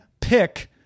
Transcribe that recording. pick